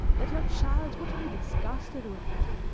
that her child would be disgusted with her.